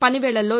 పని వేళల్లో